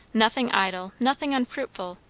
nothing idle, nothing unfruitful,